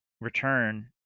return